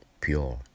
pure